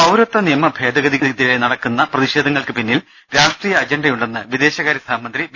പൌരത്വ നിയമ ഭേദഗതിക്കെതിരെ നടക്കുന്ന പ്രതിഷേധ ങ്ങൾക്ക് പിന്നിൽ രാഷ്ട്രീയ അജണ്ടയുണ്ടെന്ന് വിദേശ കാര്യ സഹമന്ത്രി വി